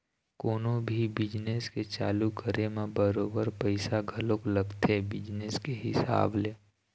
कोनो भी बिजनेस के चालू करे म बरोबर पइसा घलोक लगथे बिजनेस के हिसाब ले